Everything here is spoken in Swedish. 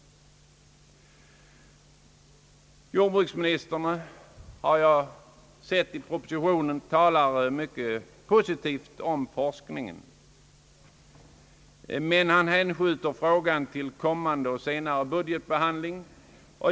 Jordbruksministern — det har jag sett i propositionen — talar positivt om forskningen, men han hänskjuter frågan till en senare budgetbehandling.